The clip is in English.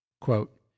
Quote